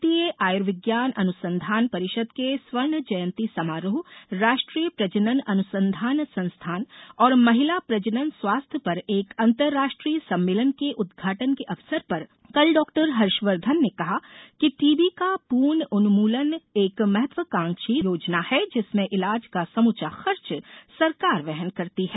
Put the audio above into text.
भारतीय आयुर्विज्ञान अनुसंधान परिषद के स्वर्ण जयती समारोह राष्ट्रीय प्रजनन अनुसंधान संस्थान और महिला प्रजनन स्वास्थ्य पर एक अंतर्राष्ट्रीय सम्मेलन के उदघाटन के अवसर पर कल डॉक्टर हर्षवर्धन ने कहा कि टीबी का पूर्ण उन्मूलन एक महत्वाकांक्षी योजना है जिसमें इलाज का समूचा खर्च सरकार वहन करती है